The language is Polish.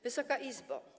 Wysoka Izbo!